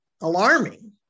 alarming